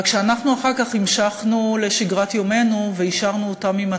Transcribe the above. רק שאנחנו אחר כך המשכנו לשגרת יומנו והשארנו אותם עם הדמעות,